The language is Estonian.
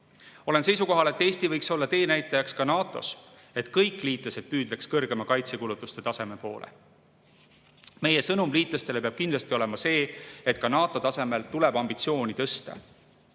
Olen seisukohal, et Eesti võiks olla teenäitajaks NATO-s, nii et kõik liitlased püüdleks kõrgema kaitsekulutuste taseme poole. Meie sõnum liitlastele peab kindlasti olema see, et ka NATO tasemel tuleb ambitsiooni tõsta.